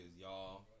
y'all